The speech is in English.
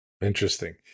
Interesting